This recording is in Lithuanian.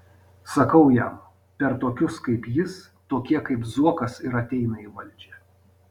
sakau jam per tokius kaip jis tokie kaip zuokas ir ateina į valdžią